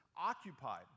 occupied